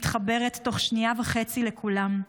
מתחברת תוך שנייה וחצי לכולם,